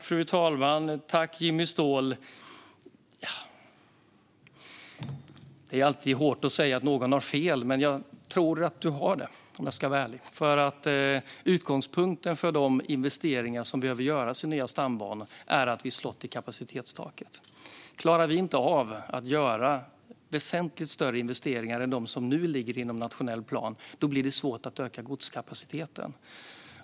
Fru talman! Det är alltid hårt att säga att någon har fel, men jag tror att du har det om jag ska vara ärlig, Jimmy Ståhl. Utgångspunkten för de investeringar som behöver göras i nya stambanor är att vi har slagit i kapacitetstaket. Klarar vi inte av att göra väsentligt större investeringar än de som nu ligger i nationell plan blir det svårt att öka godskapaciteten.